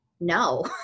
no